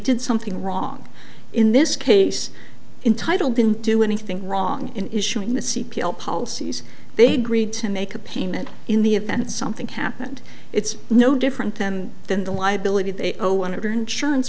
did something wrong in this case entitle didn't do anything wrong in issuing the c p l policies they greed to make a payment in the event something happened it's no different than the liability they owe on it or insurance